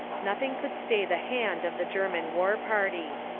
nothing could stay the hand of the german war party.